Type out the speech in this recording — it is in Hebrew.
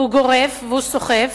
והוא גורף והוא סוחף,